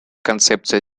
концепция